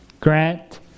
grant